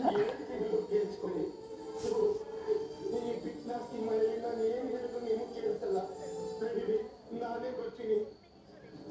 strawberry ಹಣ್ಣುನ juice ice cream ಮಿಲ್ಕ್ಶೇಕಗಳ ತಯಾರಿಕ ಹೆಚ್ಚಿನ ಪ್ರಮಾಣದಾಗ ಬಳಸ್ತಾರ್